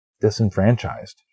disenfranchised